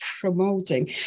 promoting